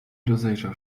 rozejrzał